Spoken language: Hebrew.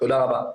תודה רבה.